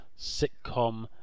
sitcom